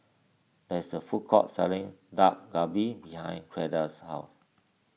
there is a food court selling Dak Galbi behind Cleda's house